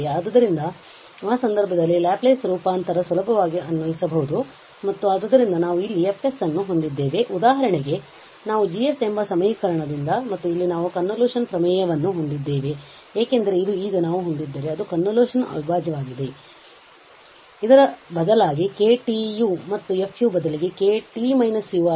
ಆದ್ದರಿಂದ ಆ ಸಂದರ್ಭದಲ್ಲಿ ಲ್ಯಾಪ್ಲೇಸ್ ರೂಪಾಂತರ ಸುಲಭವಾಗಿ ಅನ್ವಯಿಸಬಹುದು ಮತ್ತು ಆದ್ದರಿಂದ ನಾವು ಇಲ್ಲಿ F ಅನ್ನು ಹೊಂದಿದ್ದೇವೆ ಉದಾಹರಣೆಗೆ ನಾವು G ಎಂಬ ಸಮೀಕರಣದಿಂದ ಮತ್ತು ಇಲ್ಲಿ ನಾವು ಕನ್ವೋಲ್ಯೂಷನ್ ಪ್ರಮೇಯವನ್ನು ಹೊಂದಿದ್ದೇವೆ ಏಕೆಂದರೆ ಇದು ಈಗ ನಾವು ಹೊಂದಿದ್ದರೆ ಅದು ಕನ್ವೋಲ್ಯೂಷನ್ ಅವಿಭಾಜ್ಯವಾಗಿದೆ ಇದರ ಬದಲಾಗಿ Kt u ಮತ್ತು f ಬದಲಿಗೆ Kt − u